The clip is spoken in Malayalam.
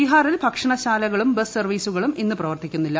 ബീഹാറിൽ ഭക്ഷണശാലകളും ബസ് സർവ്വീസുകളും ഇന്ന് പ്രവർത്തിക്കുന്നില്ല